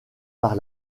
par